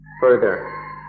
further